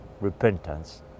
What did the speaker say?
repentance